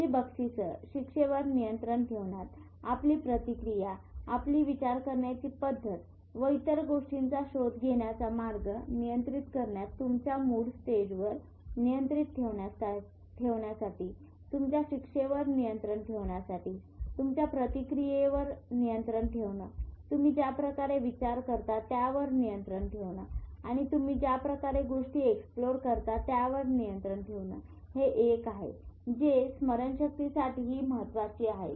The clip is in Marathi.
आपली बक्षीस शिक्षेवर नियंत्रण ठेवण्यात आपली प्रतिक्रिया आपली विचार करण्याची पद्धत व इतर गोष्टींचा शोध घेण्याचा मार्ग नियंत्रित करण्यात तुमच्या मूड स्टेजवर नियंत्रण ठेवण्यासाठी तुमच्या शिक्षेवर नियंत्रण ठेवण्यासाठी तुमच्या प्रतिक्रियेवर नियंत्रण ठेवणं तुम्ही ज्या प्रकारे विचार करता त्यावर नियंत्रण ठेवणं आणि तुम्ही ज्या प्रकारे गोष्टी एक्सप्लोर करता त्यावर नियंत्रण ठेवणं हे एक आहे जे स्मरणशक्तीसाठीही महत्त्वाचं आहे